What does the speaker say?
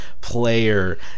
player